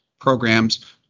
programs